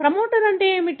promoter అంటే ఏమిటి